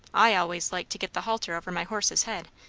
i always like to get the halter over my horse's head,